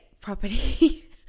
property